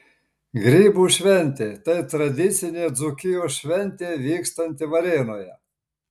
grybų šventė tai tradicinė dzūkijos šventė vykstanti varėnoje